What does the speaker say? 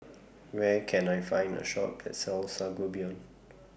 Where Can I Find A Shop that sells Sangobion